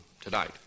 tonight